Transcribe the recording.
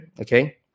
okay